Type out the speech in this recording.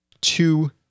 two